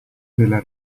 della